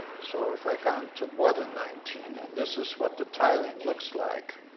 so if i'd gone to more than nineteen, and this is what the tiling looks like,